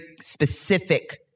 specific